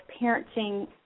parenting